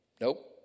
Nope